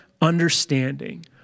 understanding